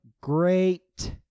Great